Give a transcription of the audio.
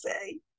say